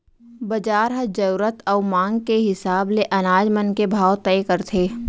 बजार ह जरूरत अउ मांग के हिसाब ले अनाज मन के भाव तय करथे